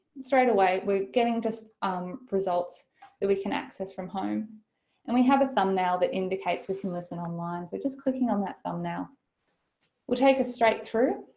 and straightaway we're getting just um results that we can access from home and we have a thumbnail that indicates we can listen online. so just clicking on that thumbnail will take us straight through,